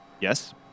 Yes